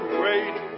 great